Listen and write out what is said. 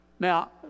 Now